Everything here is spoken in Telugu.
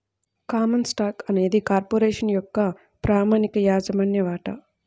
కామన్ స్టాక్ అనేది కార్పొరేషన్ యొక్క ప్రామాణిక యాజమాన్య వాటా